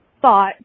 thought